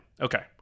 Okay